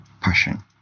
passion